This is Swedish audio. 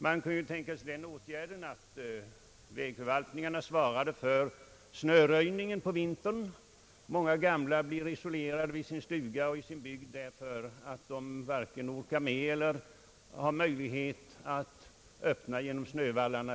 Den åtgärden kan vidtagas, att vägförvaltningarna svarar för snöröjningen på vintern. Många gamla blir isolerade i sina stugor och i sin bygd därför att de varken orkar med eller har möjlighet att öppna väg genom snövallarna.